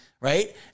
right